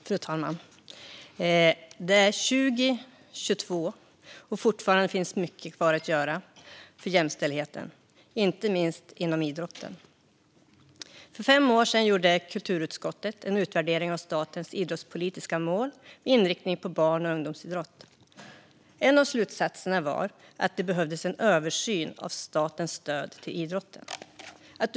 Fru talman! Det är 2022, och fortfarande finns det mycket kvar att göra för jämställdheten, inte minst inom idrotten. För fem år sedan gjorde kulturutskottet en utvärdering av statens idrottspolitiska mål med inriktning på barn och ungdomsidrott. En av slutsatserna var att det behövdes en översyn av statens stöd till idrotten.